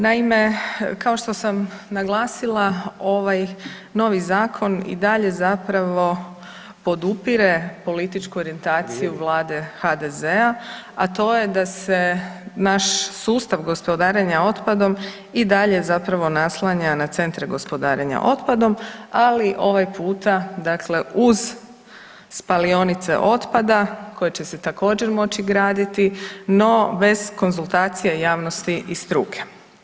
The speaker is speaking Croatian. Naime, kao što sam naglasila ovaj novi zakon i dalje zapravo podupire političku orijentaciju Vlade HDZ-a, a to je da se naš sustav gospodarenja otpadom i dalje naslanja na centre gospodarenja otpadom, ali ovaj puta uz spalionice otpada koje će se također moći graditi no bez konzultacije javnosti i struke.